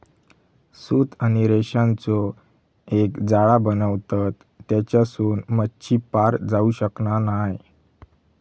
सूत आणि रेशांचो एक जाळा बनवतत तेच्यासून मच्छी पार जाऊ शकना नाय